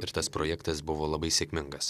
ir tas projektas buvo labai sėkmingas